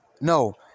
No